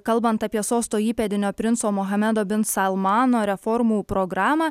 kalbant apie sosto įpėdinio princo mohamedo bin salmano reformų programą